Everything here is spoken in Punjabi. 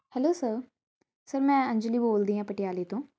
ਹੈਲੋ ਸਰ ਸਰ ਮੈਂ ਅੰਜਲੀ ਬੋਲਦੀ ਹਾਂ ਪਟਿਆਲੇ ਤੋਂ